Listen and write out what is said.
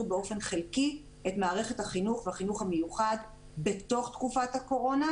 את מערכת החינוך והחינוך המיוחד בתוך תקופת הקורונה